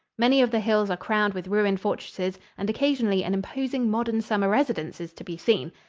many of the hills are crowned with ruined fortresses and occasionally an imposing modern summer residence is to be seen.